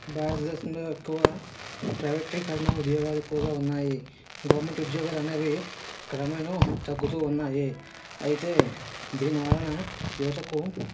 భారతదేశంలో ఎక్కువ ప్రైవేటీకరణ ఉద్యోగాలు ఎక్కువగా ఉన్నాయి గవర్నమెంట్ ఉద్యోగాలు అనేవి క్రమేణ తగ్గుతూ ఉన్నాయి అయితే దీని వలన యువతకు